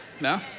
no